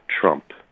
Trump